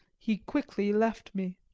he quickly left me.